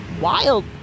wild